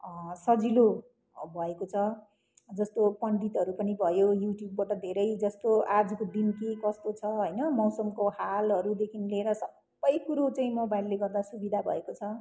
सजिलो भएको छ जस्तो पण्डितहरू पनि भयो युट्युबबाट धेरै जस्तो आजको दिन के कस्तो छ होइन मौसमको हालहरूदेखि लिएर सबै कुरो चाहिँ मोबाइलले गर्दा सुविधा भएको छ